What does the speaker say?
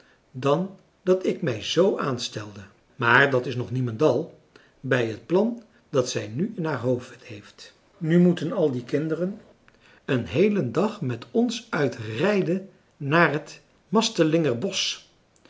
dan dat ik mij z aanstelde maar dat is nog niemendal bij het plan dat zij nu in haar hoofd heeft nu moeten al die kinderen een heelen dag met ons uit rijden naar het mastelinger bosch